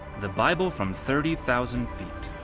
the bible from thirty thousand feet,